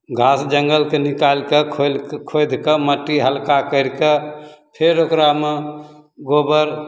घास जङ्गलके निकालि कऽ खोलि खोइद कऽ मट्टी हलका करिकऽ फेर ओकरामे गोबर